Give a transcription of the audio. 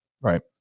Right